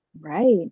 Right